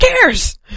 cares